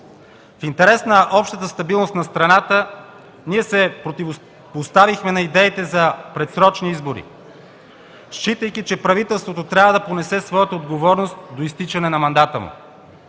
В интерес на общата стабилност на страната ние се противопоставихме на идеята за предсрочни избори, считайки, че правителството трябва да понесе своята отговорност до изтичане на мандата му.